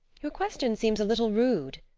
your question seems a little rude.